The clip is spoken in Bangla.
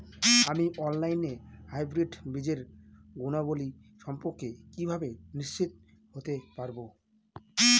আমি অনলাইনে হাইব্রিড বীজের গুণাবলী সম্পর্কে কিভাবে নিশ্চিত হতে পারব?